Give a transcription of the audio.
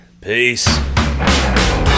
Peace